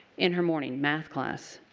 in her morning math class